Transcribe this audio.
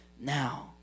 now